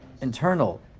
internal